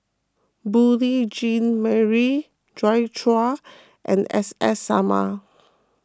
Beurel Jean Marie Joi Chua and S S Sarma